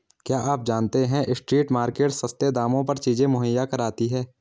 क्या आप जानते है स्ट्रीट मार्केट्स सस्ते दामों पर चीजें मुहैया कराती हैं?